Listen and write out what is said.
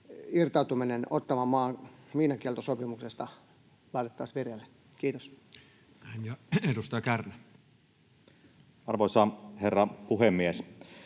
irtautuminen Ottawan maamiinakieltosopimuksesta laitettaisiin vireille. — Kiitos. Näin. — Edustaja Kärnä. Arvoisa herra puhemies!